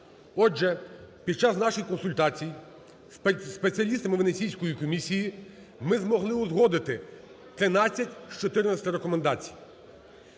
Отже, під час наших консультацій зі спеціалістами Венеційської комісії ми змогли узгодити 13 з 14-ти рекомендацій.